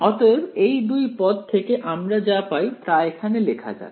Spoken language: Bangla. অতএব এই দুই পদ থেকে আমরা যা পাই তা এখানে লেখা যাক